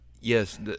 yes